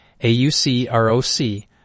AUCROC